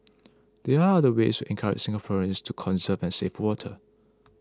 there are other ways encourage Singaporeans to conserve and save water